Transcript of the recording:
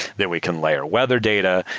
then we can layer whether data,